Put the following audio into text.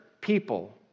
people